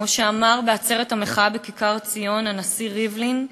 כמו שאמר בעצרת המחאה בכיכר-ציון הנשיא ריבלין,